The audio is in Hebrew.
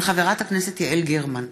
של חברת הכנסת יעל גרמן,